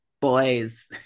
boys